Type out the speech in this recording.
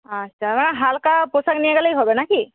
আচ্ছা মানে হালকা পোশাক নিয়ে গেলেই হবে না কি